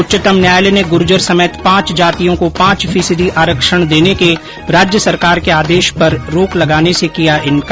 उच्चतम न्यायालय ने गूर्जर समेत पांच जातियों को पांच फीसदी आरक्षण देने के राज्य सरकार के आदेश पर रोक लगाने से किया इन्कार